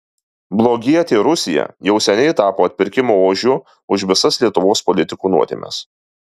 blogietė rusija jau seniai tapo atpirkimo ožiu už visas lietuvos politikų nuodėmes